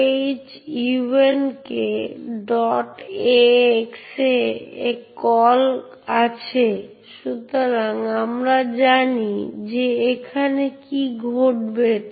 এইভাবে যদি আমি GDB ব্যবহার করি উদাহরণস্বরূপ যা অভ্যন্তরীণভাবে সিস্টেম কল ptrace ব্যবহার করে GDB তে শুধুমাত্র একই uid আছে এমন প্রক্রিয়াগুলি ডিবাগ করতে পারে